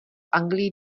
anglii